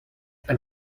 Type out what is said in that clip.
ein